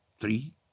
three